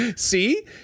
See